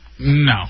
No